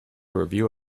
review